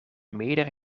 meerdere